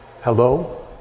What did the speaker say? Hello